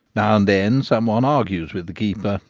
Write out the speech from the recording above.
now and then some one argues with the keeper,